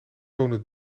wonen